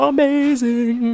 Amazing